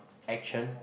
action